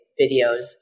videos